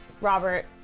Robert